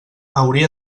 hauria